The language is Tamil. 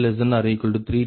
36 PL 32